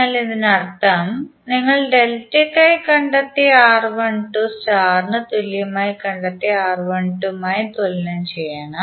അതിനാൽ ഇതിനർത്ഥം നിങ്ങൾ ഡെൽറ്റയ്ക്കായി കണ്ടെത്തിയ R12 സ്റ്റാർന് തുല്യമായി കണ്ടെത്തിയ R12 മായി തുലനം ചെയ്യണം